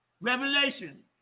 revelation